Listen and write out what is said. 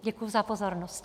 Děkuji za pozornost.